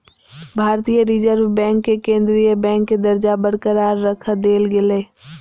भारतीय reserve bank के केंद्रीय बैंक के दर्जा बरकरार रख देल गेलय